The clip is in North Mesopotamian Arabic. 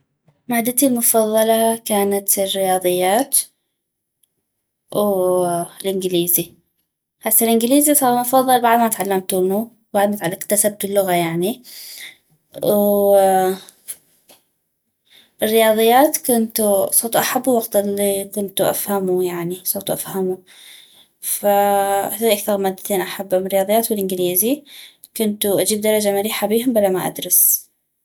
مادتي المفضلة كانت الرياضيات والانجليزي هسه الإنكليزي صاغ مفضل بعد ما تعلمتونو بعد ما اكتسبتو اللغة يعني والرياضيات كنتو صغتو احبو وقت الي كنتو افهمو يعني صغتو افهمو فهذولي اكثغ مادتين احبم الرياضيات والانجليزي كنتو اجيب درجة مليحة بيهم بلا ما ادرس